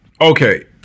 Okay